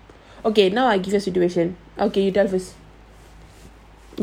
okay now I give you a situation okay you tell first